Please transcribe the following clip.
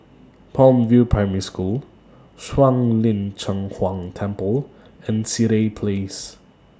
Palm View Primary School Shuang Lin Cheng Huang Temple and Sireh Place